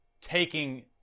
taking